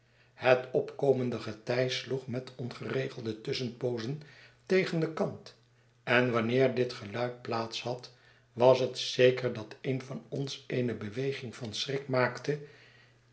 het opkomende getij sloeg met ongeregelde tusschenpoozen tegen den kant en wanneer dit geluid plaats had was het zeker dat een van ons eene beweging van schrik maakte